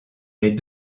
les